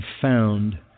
found